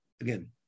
Again